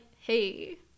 hey